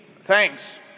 thanks